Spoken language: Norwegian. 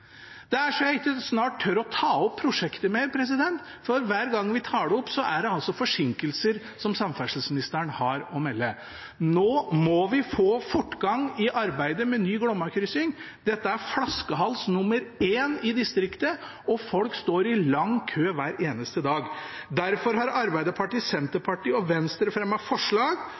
Det er så jeg snart ikke tør ta opp prosjektet mer, for hver gang vi tar det opp, er det forsinkelser som samferdselsministeren har å melde. Nå må vi få fortgang i arbeidet med ny Glomma-kryssing. Dette er flaskehals nr. én i distriktet, og folk står i lang kø hver eneste dag. Derfor har Arbeiderpartiet, Senterpartiet og Venstre fremmet forslag